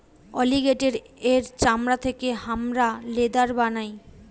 অলিগেটের এর চামড়া থেকে হামরা লেদার বানাই